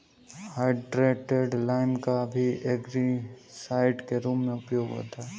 hydrated lime का भी algicide के रूप में उपयोग होता है